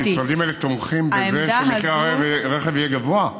המשרדים האלה תומכים בזה שמחיר הרכב יהיה גבוה?